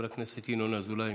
חבר הכנסת ינון אזולאי,